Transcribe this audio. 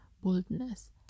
boldness